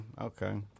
okay